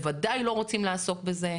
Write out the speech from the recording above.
בוודאי לא רוצים לעסוק בזה,